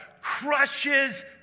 crushes